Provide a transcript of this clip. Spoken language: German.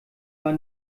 war